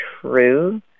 true